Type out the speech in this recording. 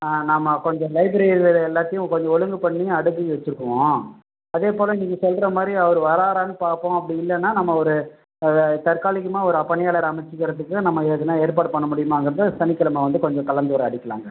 நம்ம கொஞ்சம் லைப்ரரியில் இருக்கற எல்லாத்தேயும் கொஞ்சம் ஒழுங்கு பண்ணி அடுக்கி வச்சுக்குவோம் அதே போல் நீங்கள் சொல்கிற மாதிரி அவர் வராரானு பார்ப்போம் அப்படி இல்லைன்னா நம்ம ஒரு தற்காலிகமாக ஒரு பணியாளரை அமைத்துக்கிறதுக்கு நம்ம எதனா ஏற்பாடு பண்ண முடியுமாங்கிறதை சனிக்கிழம வந்து கொஞ்சம் கலந்துரையாடிக்கலாங்க